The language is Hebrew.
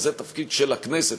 וזה תפקיד של הכנסת,